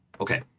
Okay